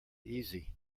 easy